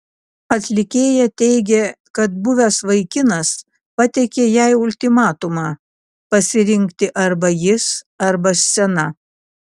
atlikėja teigė kad buvęs vaikinas pateikė jai ultimatumą pasirinkti arba jis arba scena